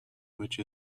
which